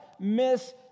miss